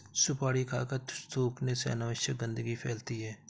सुपारी खाकर थूखने से अनावश्यक गंदगी फैलती है